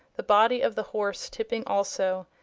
the body of the horse tipping also.